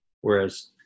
whereas